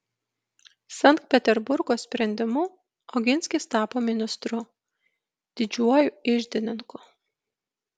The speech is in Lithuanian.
sankt peterburgo sprendimu oginskis tapo ministru didžiuoju iždininku